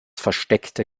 versteckte